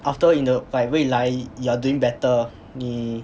after in the like 未来 you are doing better 你